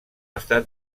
estat